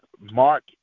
Mark